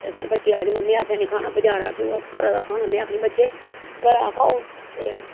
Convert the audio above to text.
ते साढ़े बच्चे आखदे मम्मी असें निं खाना बजारा दा घ्यो असें घरा दा खाना में आखनी बच्चे घरा दा खाओ ते